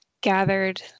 gathered